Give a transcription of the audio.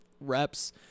reps